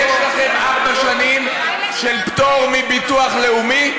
ויש לכם ארבע שנים של פטור מביטוח לאומי,